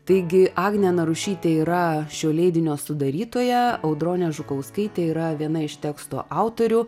taigi agnė narušytė yra šio leidinio sudarytoja audronė žukauskaitė yra viena iš teksto autorių